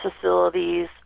facilities